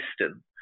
system